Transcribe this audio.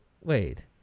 wait